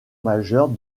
majeure